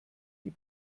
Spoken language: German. die